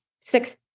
six